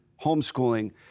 homeschooling